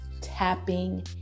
tapping